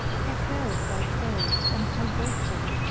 how fair is thy tale, and how grateful,